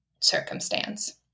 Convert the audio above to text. circumstance